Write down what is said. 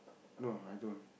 no I don't